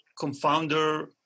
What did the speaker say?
confounder